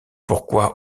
pourquoi